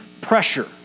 pressure